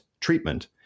treatment